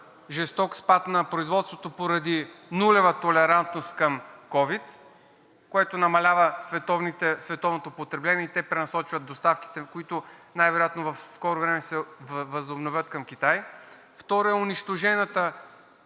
жесток спад на производството поради нулева толерантност към ковид, което намалява световното потребление, и те пренасочват доставките, които най-вероятно в скоро време ще се възобновят към Китай. Второ, е унищожената